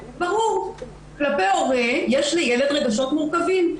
ברור, כלפי הורה יש לילד רגשות מורכבים.